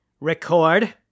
record